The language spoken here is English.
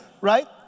right